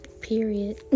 Period